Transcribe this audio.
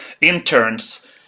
interns